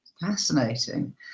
Fascinating